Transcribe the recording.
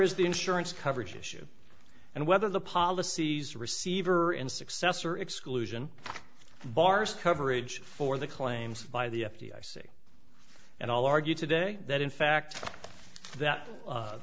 is the insurance coverage issue and whether the policies receiver and successor exclusion bars coverage for the claims by the f d r s and all argued today that in fact that